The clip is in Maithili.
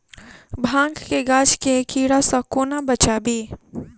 भांग केँ गाछ केँ कीड़ा सऽ कोना बचाबी?